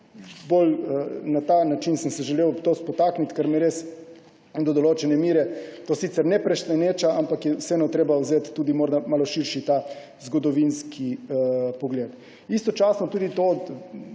Bolj na ta način sem se želel ob to spotakniti, ker me res do določene mere to sicer ne preseneča, ampak je vseeno treba vzeti tudi malo širši zgodovinski pogled. Istočasno tudi to,